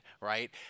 right